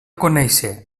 conèixer